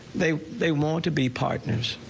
they they want to be partners.